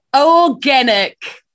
organic